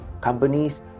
companies